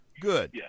Good